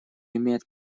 имеет